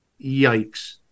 yikes